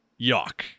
yuck